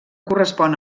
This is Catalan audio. correspon